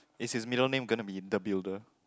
it is middle name gonna be interbuilder